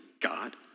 God